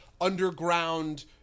underground